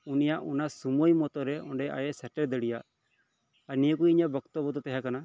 ᱩᱱᱤᱭᱟᱜ ᱚᱱᱟ ᱥᱳᱢᱳᱭ ᱢᱚᱛᱚᱨᱮ ᱚᱰᱮ ᱟᱡ ᱮ ᱥᱮᱴᱮᱨ ᱫᱟᱲᱮᱭᱟᱜ ᱟᱨ ᱱᱤᱭᱟᱹ ᱠᱚ ᱤᱧᱟᱜ ᱵᱚᱠᱛᱚᱵᱽᱵᱚ ᱫᱚ ᱛᱟᱦᱮᱸ ᱠᱟᱱᱟ